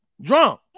Drunk